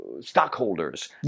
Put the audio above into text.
stockholders